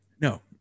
No